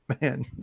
man